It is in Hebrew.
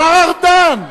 השר ארדן.